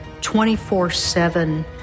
24-7